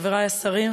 חברי השרים,